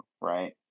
right